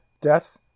Death